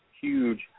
huge